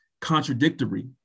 contradictory